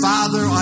Father